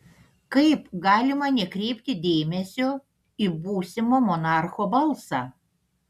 kaip galima nekreipti dėmesio į būsimo monarcho balsą